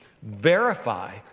verify